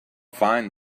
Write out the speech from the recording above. find